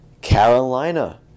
Carolina